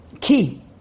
key